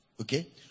okay